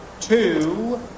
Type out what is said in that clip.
two